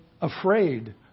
afraid